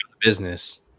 business